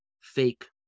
fake